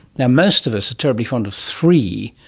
and most of us are terribly fond of three.